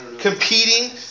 competing